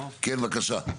כן בבקשה.